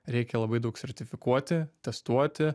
reikia labai daug sertifikuoti testuoti